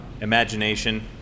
imagination